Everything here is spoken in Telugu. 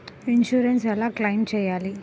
ఇన్సూరెన్స్ ఎలా క్లెయిమ్ చేయాలి?